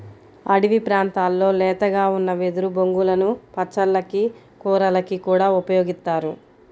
అడివి ప్రాంతాల్లో లేతగా ఉన్న వెదురు బొంగులను పచ్చళ్ళకి, కూరలకి కూడా ఉపయోగిత్తారు